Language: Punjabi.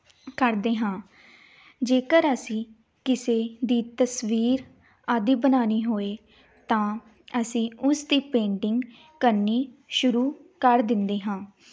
ਕਰਦੇ ਹਾਂ ਜੇਕਰ ਅਸੀਂ ਕਿਸੇ ਦੀ ਤਸਵੀਰ ਆਦਿ ਬਣਾਉਣੀ ਹੋਏ ਤਾਂ ਅਸੀਂ ਉਸ ਦੇ ਪੇਂਟਿੰਗ ਕਰਨੀ ਸ਼ੁਰੂ ਕਰ ਦਿੰਦੇ ਹਾਂ